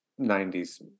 90s